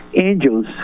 angels